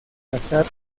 cazar